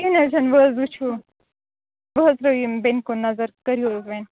کیٚنٛہہ نَہ حظ چھُنہِ ووں حظ وٕچھو ووں حظ ترٲیو ییٚمہِ بیٚنہِ کُن نظرکٔروحظ وۄنۍ